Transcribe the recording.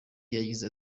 yagize